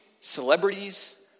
celebrities